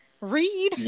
read